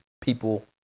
people